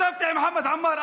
ישבתי עם חמד עמאר,